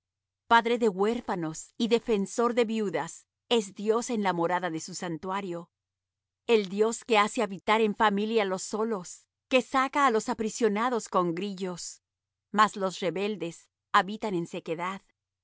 padre de huérfanos y defensor de viudas es dios en la morada de su santuario el dios que hace habitar en familia los solos que saca á los aprisionados con grillos mas los rebeldes habitan en sequedad